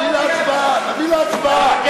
תביא להצבעה, תביא להצבעה.